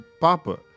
Papa